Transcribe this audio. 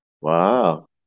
Wow